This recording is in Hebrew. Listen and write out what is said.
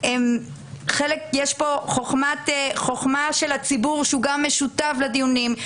יש פה חוכמה של הציבור, שהוא גם שותף לדיונים.